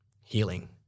healing